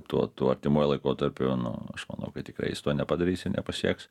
tuo tuo artimuoju laikotarpiu nu aš manau kad tikrai jis to nepadarys i nepasieks